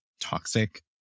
toxic